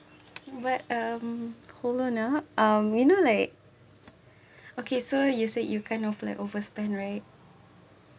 where um hold on ah um you know like okay so you said you kind of like overspend right